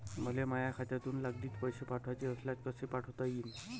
मले माह्या खात्यातून लागलीच पैसे पाठवाचे असल्यास कसे पाठोता यीन?